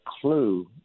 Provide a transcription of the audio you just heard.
clue